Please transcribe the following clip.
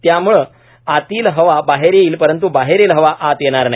ज्याम्ळे आतील हवा बाहेर येईल परंत् बाहेरील हवा आत येणार नाही